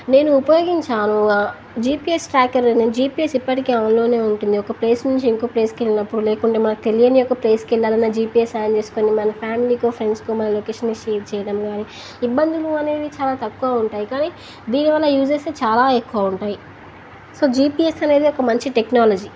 నేను ఉపయోగించాను GPS tracker GPS ఎప్పటికీ ఆన్లోనే ఉంటుంది ఒక ప్లేస్ నుంచి ఇంకొక ప్లేస్కెళ్ళినప్పుడు లేకుంటే మనకు తెలియని ఒక ప్లేస్కి వెళ్ళాలన్నా జిపీఎస్ ఆన్ చేసుకుని మన ఫ్యామిలీకి ఫ్రెండ్స్కు మన లొకేషన్ షేర్ చెయ్యడం కానీ ఇబ్బందులు అనేవి చాలా తక్కువ ఉంటాయి కానీ దీనివల్ల యూజ్ చేస్తే చాలా ఎక్కువ ఉంటాయి సో జీపీఎస్ అనేది ఒక మంచి టెక్నాలజీ